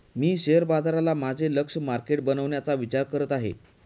मी share बाजाराला माझे लक्ष्य मार्केट बनवण्याचा विचार करत आहे